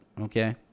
okay